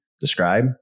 describe